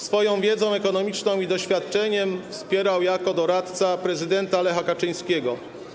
Swoją wiedzą ekonomiczną i doświadczeniem wspierał jako doradca prezydenta Lecha Kaczyńskiego.